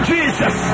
Jesus